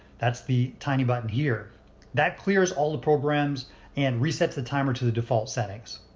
that's the tiny button here that clears all the programs and resets the timer to the default settings.